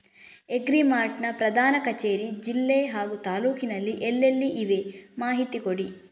Agri mart ನ ಪ್ರಧಾನ ಕಚೇರಿ ಜಿಲ್ಲೆ ಹಾಗೂ ತಾಲೂಕಿನಲ್ಲಿ ಎಲ್ಲೆಲ್ಲಿ ಇವೆ ಮಾಹಿತಿ ಕೊಡಿ?